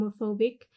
homophobic